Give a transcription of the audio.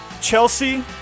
Chelsea